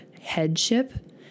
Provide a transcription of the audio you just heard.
headship